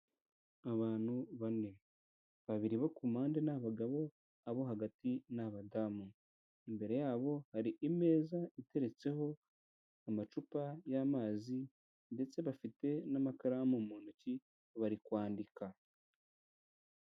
Abantu bane. Babiri bo ku mpande ni abagabo, abo hagati ni abadamu. Imbere yabo hari imeza iteretseho amacupa y'amazi ndetse bafite n'amakaramu mu ntoki bari kwandika.